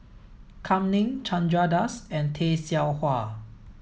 Kam Ning Chandra Das and Tay Seow Huah